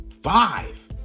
five